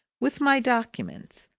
with my documents.